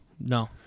no